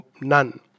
none